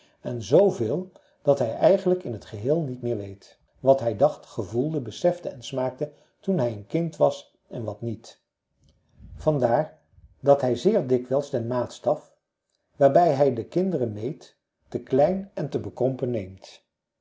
en z veel dat hij eigenlijk in t geheel niet meer weet wat hij dacht gevoelde besefte en smaakte toen hij een kind was en wat niet van daar dat hij zeer dikwijls den maatstaf waarbij hij de kinderen meet te klein en te bekrompen neemt